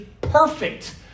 perfect